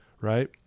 right